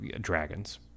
dragons